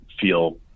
feel